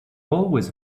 always